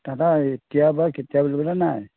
তাতে এতিয়া বা কেতিয়া বুলিবলৈ নাই